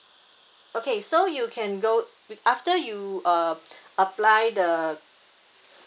okay so you can go after you uh apply the